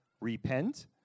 repent